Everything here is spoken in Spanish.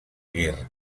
guerra